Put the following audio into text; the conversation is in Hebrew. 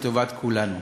לטובת כולנו.